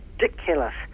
ridiculous